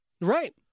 Right